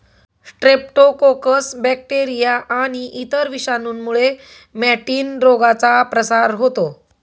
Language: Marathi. स्ट्रेप्टोकोकस बॅक्टेरिया आणि इतर विषाणूंमुळे मॅटिन रोगाचा प्रसार होतो